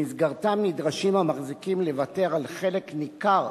שבמסגרתם נדרשים המחזיקים לוותר על חלק ניכר